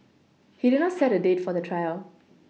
he did not set a date for the trial